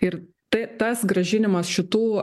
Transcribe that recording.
ir tai tas grąžinimas šitų